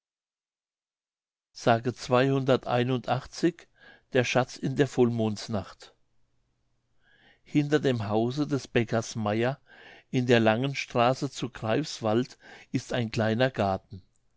der schatz in der vollmondsnacht hinter dem hause des bäckers meier in der langenstraße zu greifswald ist ein kleiner garten